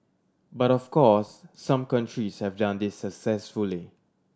but of course some countries have done this successfully